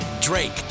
Drake